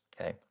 okay